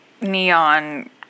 neon